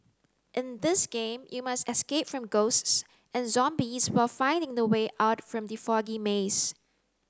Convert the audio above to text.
in this game you must escape from ghosts and zombies while finding the way out from the foggy maze